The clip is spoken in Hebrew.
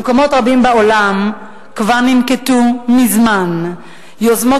במקומות רבים בעולם כבר ננקטו מזמן יוזמות